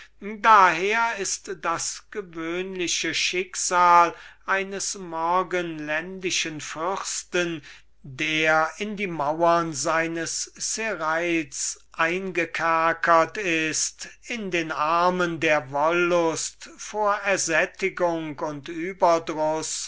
daher ist das gewöhnliche schicksal der morgenländischen fürsten die in die mauern ihres serails eingekerkert sind in den armen der wollust vor ersättigung und überdruß